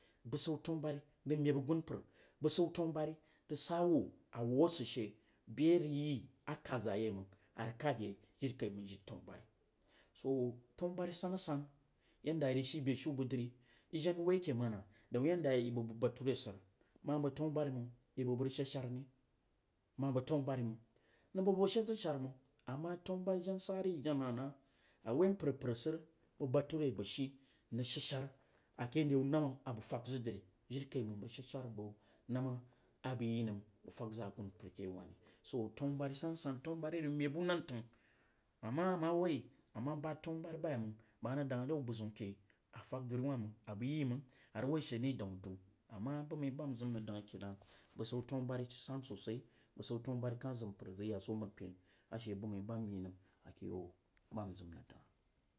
Beasan tanubari rag meb agumpar, bəseun tanubari rag sa wa wu sid she be a rag yi a kad za ye məng a kad yei jirikaimanf jiri tanaburi, so tanubari sansan yinde i ras shi beshiu tag dri i jen woi ake mona dan yande ubeg bəg bature sidi ma bag tanaburi mang i bəbgo rag shef sharon? Ma bəg tanubari mang nəng bəbəg shad zəg shar məng ma tanubari jan jari jenhal nah a woimpar a persoər nbəg bature bəg shi ro rag shad shar, ake yau namb a bag fah tag zag bəg namb a bag yi nam bag fag za agunmpae rke yauwuri. So tambura sansan tanaburi meb bu nan tang. A ma ama wui a ma bad tanubari bayimang bəg ma rəg seng re wu bazauke a fəg dori wah mangg abəiyi mang arad woishe win daun addu, amma bag mai ba njim naga denke nah basan tenubari sun sosai bəsn tanubari kal zag mpar rag yazo mtrinuri kal zəg moar rag yazo nutripen ajse lamshe ba n yinda a keyau ba nzim a rag donza